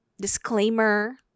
disclaimer